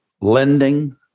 lending